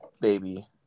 baby